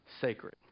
sacred